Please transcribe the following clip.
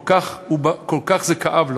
כל כך זה כאב לו,